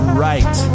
right